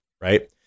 right